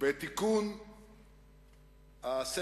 לסדר-היום מס' 432. אדוני היושב-ראש,